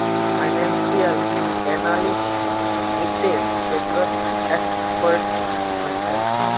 financial analyst वित्त्तेर क्षेत्रत expert ह छे